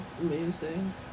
Amazing